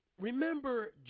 remember